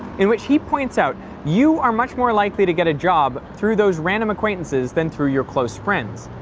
in which he points out you are much more likely to get a job through those random acquaintances than through your close friends.